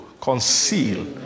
conceal